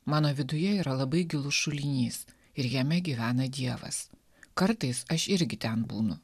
mano viduje yra labai gilus šulinys ir jame gyvena dievas kartais aš irgi ten būnu